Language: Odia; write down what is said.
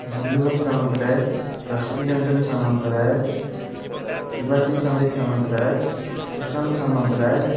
ଗୁଲୁବୋଧ ସାମନ୍ତରାୟ ରଶ୍ମୀରଞ୍ଜନ ସାମନ୍ତରାୟ ସୁବାସିଷ ସମ୍ବିତ ସାମନ୍ତରାୟ ସୁଶାନ୍ତ ସାମନ୍ତରାୟ